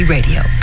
Radio